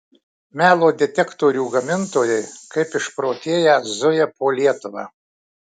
melo detektorių gamintojai kaip išprotėję zuja po lietuvą